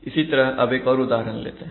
इसी तरह अब एक और उदाहरण लेते हैं